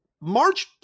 March